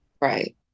Right